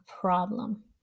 problem